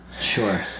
sure